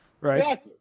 right